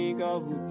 go